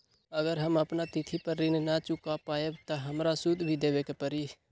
अगर हम अपना तिथि पर ऋण न चुका पायेबे त हमरा सूद भी देबे के परि?